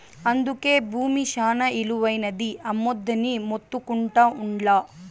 అందుకే బూమి శానా ఇలువైనది, అమ్మొద్దని మొత్తుకుంటా ఉండ్లా